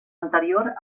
anterior